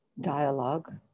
dialogue